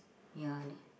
ya there